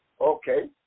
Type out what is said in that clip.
Okay